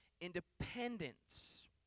independence